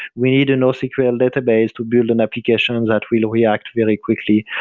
we need a nosql database to build an application and that will react very quickly.